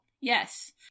Yes